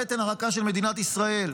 הבטן הרכה של מדינת ישראל.